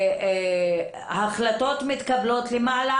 שהחלטות מתקבלות למעלה,